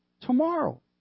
tomorrow